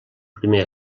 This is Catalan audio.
primer